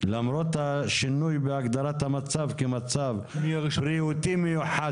למרות השינוי בהגדרת המצב כמצב בריאותי מיוחד,